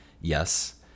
Yes